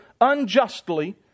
unjustly